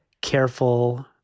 careful